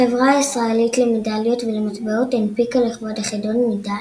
החברה הישראלית למדליות ולמטבעות הנפיקה לכבוד החידון מדליה.